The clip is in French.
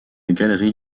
galerie